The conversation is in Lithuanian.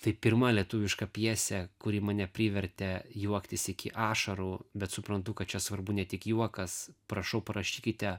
tai pirma lietuviška pjesė kuri mane privertė juoktis iki ašarų bet suprantu kad čia svarbu ne tik juokas prašau parašykite